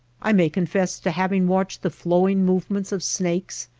i may confess to hav ing watched the flowing movements of snakes,